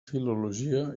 filologia